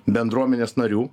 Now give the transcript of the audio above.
bendruomenės narių